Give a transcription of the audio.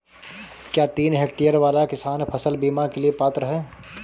क्या तीन हेक्टेयर वाला किसान फसल बीमा के लिए पात्र हैं?